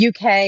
UK